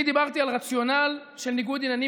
אני דיברתי על רציונל של ניגוד עניינים